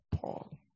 Paul